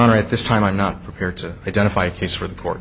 honor at this time i'm not prepared to identify a case where the court